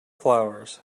flowers